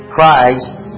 Christ